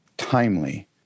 timely